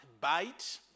bite